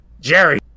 Jerry